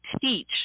teach